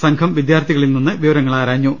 സംഘം വിദ്യാർത്ഥികളിൽ നിന്ന് വിവരങ്ങൾ ആരാഞ്ഞു